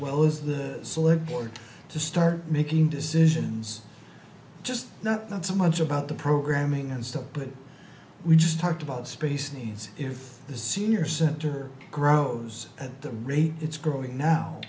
well as the slip board to start making decisions just not so much about the programming and stuff but we just talked about space needs if the senior center grows at the rate it's growing now